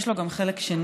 יש לו גם חלק שני,